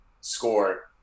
score